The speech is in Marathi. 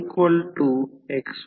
साधारणपणे 50 हर्ट्झ सिस्टम घ्या